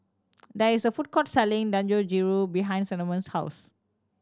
there is a food court selling Dangojiru behind Cinnamon's house